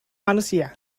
manusia